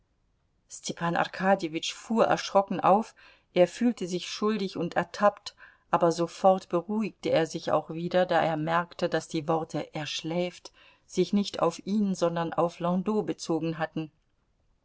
fuhr erschrocken auf er fühlte sich schuldig und ertappt aber sofort beruhigte er sich auch wieder da er merkte daß die worte er schläft sich nicht auf ihn sondern auf landau bezogen hatten